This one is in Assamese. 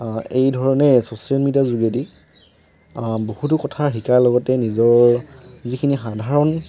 এই ধৰণে ছ'চিয়েল মিডিয়াৰ যোগেদি বহুতো কথা শিকাৰ লগতে নিজৰ যিখিনি সাধাৰণ